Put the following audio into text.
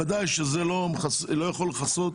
ודאי סכום כזה לא יכול לכסות.